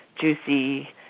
juicy